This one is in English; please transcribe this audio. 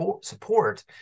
support